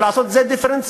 ולעשות את זה דיפרנציאלי,